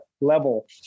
level